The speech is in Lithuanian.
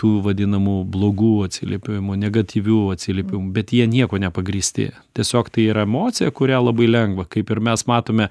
tų vadinamų blogų atsiliepimų negatyvių atsiliepimų bet jie niekuo nepagrįsti tiesiog tai yra emocija kurią labai lengva kaip ir mes matome